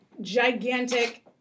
gigantic